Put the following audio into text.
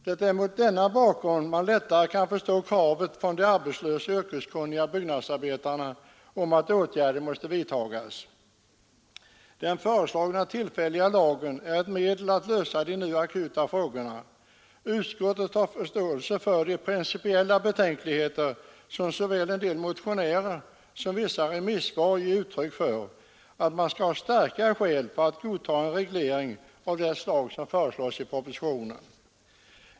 Det är mot denna bakgrund man lättare kan förstå kravet från de arbetslösa yrkeskunniga byggnadsarbetarna på att åtgärder måtte vidtagas. Den föreslagna tillfälliga lagen är ett medel att lösa de nu akuta frågorna. Utskottet har förståelse för de principiella betänkligheter som såväl en del motionärer som vissa remissvar ger uttryck för, nämligen att man skall ha starka skäl för att godta en reglering av det slag som föreslås i propositionen.